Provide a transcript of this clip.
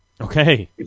Okay